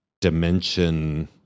dimension